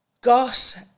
got